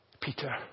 Peter